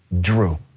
drew